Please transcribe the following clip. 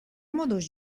moduz